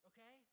Okay